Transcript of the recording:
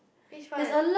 this one